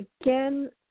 Again